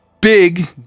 big